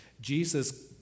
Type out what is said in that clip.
Jesus